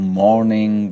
morning